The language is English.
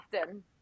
often